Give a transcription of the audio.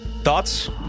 thoughts